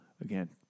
again